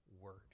word